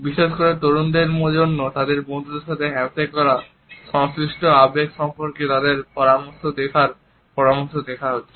বিশেষ করে তরুণদের জন্য তাদের বন্ধুদের সাথে হ্যান্ডশেক করা এবং সংশ্লিষ্ট আবেগ সম্পর্কে তাদের মতামত দেখার পরামর্শ দেওয়া হচ্ছে